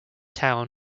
town